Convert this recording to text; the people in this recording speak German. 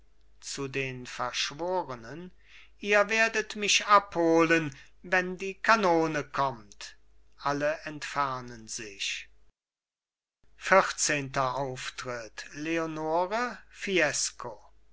zu den verschworenen ihr werdet mich abholen wenn die kanone kommt alle entfernen sich vierzehnter auftritt leonore fiesco